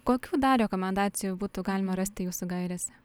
kokių dar rekomendacijų būtų galima rasti jūsų gairėse